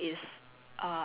oh but I